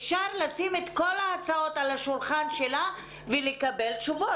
אפשר לשים את כל ההצעות על השולחן שלה ולקבל תשובות.